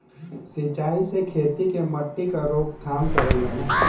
सिंचाई से खेती के मट्टी क रोकथाम करल जाला